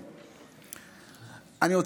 כלום.